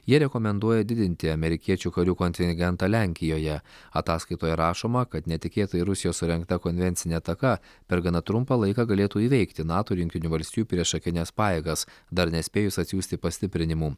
jie rekomenduoja didinti amerikiečių karių kontingentą lenkijoje ataskaitoje rašoma kad netikėtai rusijos surengta konvencinė ataka per gana trumpą laiką galėtų įveikti nato ir jungtinių valstijų priešakines pajėgas dar nespėjus atsiųsti pastiprinimų